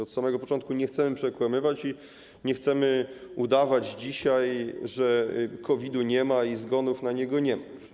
Od początku nie chcemy przekłamywać i nie chcemy udawać dzisiaj, że COVID nie ma i zgonów na niego nie ma.